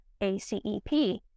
ACEP